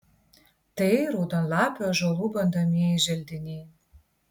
tai raudonlapių ąžuolų bandomieji želdiniai